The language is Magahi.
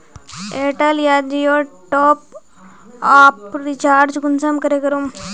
एयरटेल या जियोर टॉप आप रिचार्ज कुंसम करे करूम?